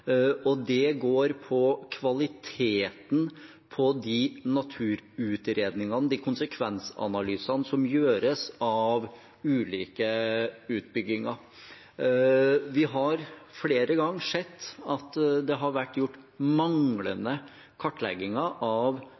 og det går på kvaliteten på de naturutredningene, de konsekvensanalysene, som gjøres av ulike utbygginger. Vi har flere ganger sett at det har vært gjort manglende kartlegginger av